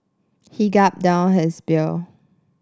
he gulped down his beer